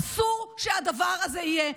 אסור שהדבר הזה יהיה.